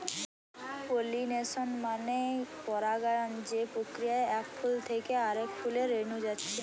pollination মানে পরাগায়ন যে প্রক্রিয়ায় এক ফুল থিকে আরেক ফুলে রেনু যাচ্ছে